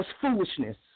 foolishness